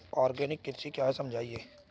Organic कृषि क्या है समझाइए?